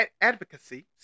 advocacy